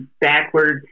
backwards